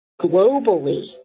Globally